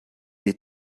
est